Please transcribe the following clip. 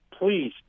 please